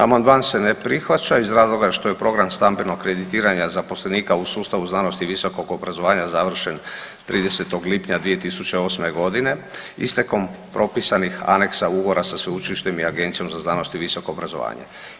Amandman se ne prihvaća iz razloga što je program stambenog kreditiranja zaposlenika u sustavu znanosti i visokog obrazovanja završen 30. lipnja 2008. godine istekom propisanih aneksa ugovora sa sveučilištem i Agencijom za znanost i visoko obrazovanje.